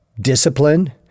discipline